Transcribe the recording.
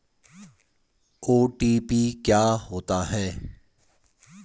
OTP क्या होता है?